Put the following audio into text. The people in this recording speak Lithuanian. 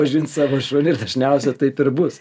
pažint savo šunį ir dažniausia taip ir bus